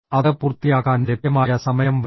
അത് പൂർത്തിയാക്കാൻ ലഭ്യമായ സമയം വരെ